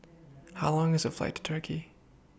How Long IS The Flight to Turkey